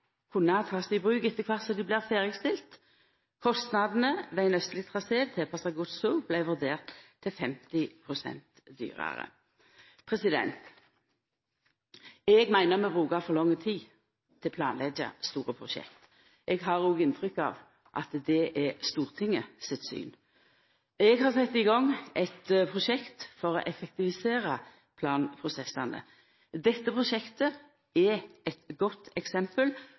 i bruk etter kvart som dei blir ferdigstilte. Kostnadene ved ein austleg trasé, tilpassa godstog, vart vurderte å bli 50 pst. høgare. Eg meiner vi brukar for lang tid på å planleggja store prosjekt. Eg har òg inntrykk av at det er Stortinget sitt syn. Eg har sett i gang eit prosjekt for å effektivisera planprosessane. Dette prosjektet er eit godt eksempel